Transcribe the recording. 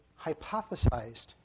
hypothesized